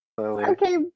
Okay